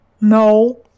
No